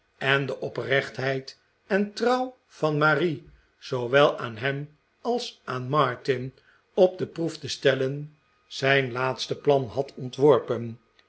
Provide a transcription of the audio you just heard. en de oprechtheid en trouw van marie zoowel aan hem als aan martin op de proef te stellen zijn laatste plan had ontworpen